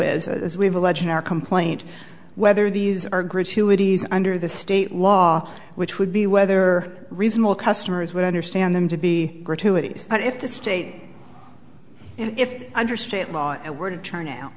is as we have alleged our complaint whether these are gratuities under the state law which would be whether reasonable customers would understand them to be gratuities but if the state if under state law it were to turn out